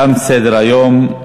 תם סדר-היום.